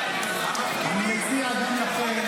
-------- אתה מדבר על אחדות?